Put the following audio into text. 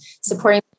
supporting